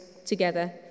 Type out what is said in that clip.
together